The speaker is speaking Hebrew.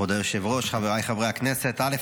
כבוד היושב-ראש, חבריי חברי הכנסת, א.